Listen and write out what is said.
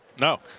No